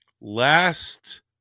last